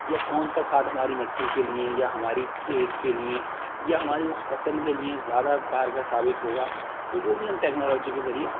یا کون سا کھاد ہماری مٹی کے لیے یا ہماری کھیت کے لیے یا ہماری اس فصل کے لیے زیادہ کارگر ثابت ہوگا تو وہ بھی ہم ٹیکنالوجی کے ذریعے